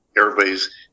everybody's